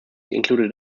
included